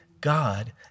God